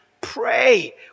pray